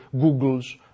Google's